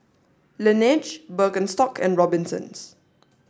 Laneige Birkenstock and Robinsons